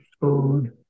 food